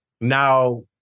now